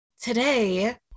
Today